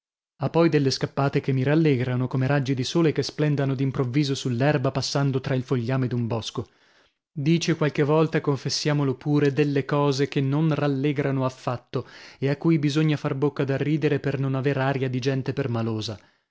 ha poi delle scappate che mi rallegrano come raggi di sole che splendano d'improvviso sull'erba passando tra il fogliame d'un bosco dice qualche volta confessiamolo pure delle cose che non rallegrano affatto e a cui bisogna far bocca da ridere per non aver aria di gente permalosa